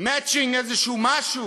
איזה matching, איזה משהו.